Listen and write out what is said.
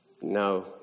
No